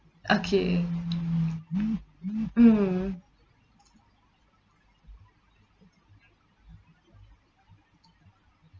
okay mm